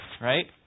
right